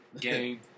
Game